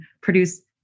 produce